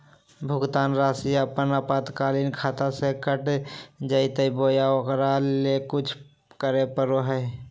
भुक्तान रासि अपने आपातकालीन खाता से कट जैतैय बोया ओकरा ले कुछ करे परो है?